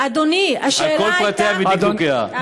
על כל פרטיה ודקדוקיה.